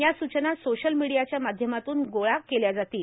या सूचना सोशल मीडियाच्या माध्यमातून गोळा केल्या जातील